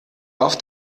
auf